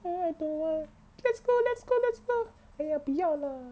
oh I don't want let's go let's go let's go eh !aiya! 不要 lah